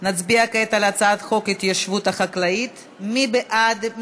נצביע כעת על הצעת חוק ההתיישבות החקלאית (סייגים